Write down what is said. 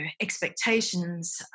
expectations